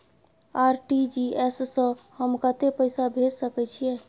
RTG S स हम कत्ते पैसा भेज सकै छीयै?